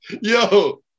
yo